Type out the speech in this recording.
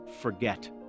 forget